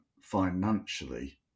financially